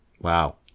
Wow